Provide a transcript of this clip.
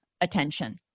attention